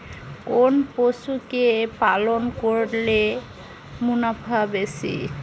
কোন পশু কে পালন করলে মুনাফা বেশি?